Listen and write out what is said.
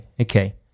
Okay